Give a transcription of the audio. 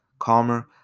calmer